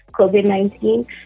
COVID-19